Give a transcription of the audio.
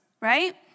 Right